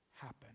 happen